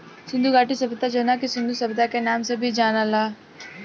सिंधु घाटी सभ्यता जवना के सिंधु सभ्यता के नाम से भी जानल जाला